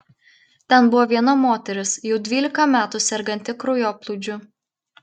ten buvo viena moteris jau dvylika metų serganti kraujoplūdžiu